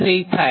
2° થાય